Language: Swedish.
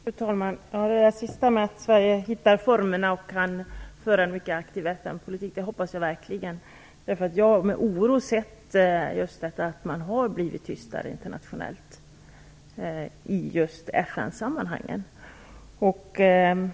Fru talman! Jag hoppas verkligen att Sverige kan finna formerna och föra en aktiv FN-politik, eftersom jag med oro har sett hur Sverige blivit tystare internationellt just i FN-sammanhang.